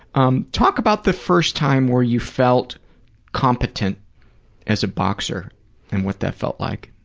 um talk about the first time where you felt competent as a boxer and what that felt like.